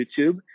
youtube